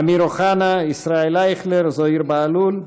אמיר אוחנה, ישראל אייכלר, זוהיר בהלול,